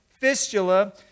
fistula